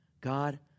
God